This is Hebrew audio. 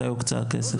מתי הוקצה הכסף?